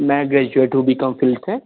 मैं ग्रेजुएट हूँ B com field से